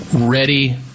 ready